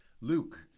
Luke